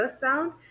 sound